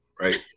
right